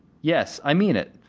yes, i mean it.